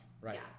Right